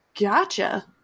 Gotcha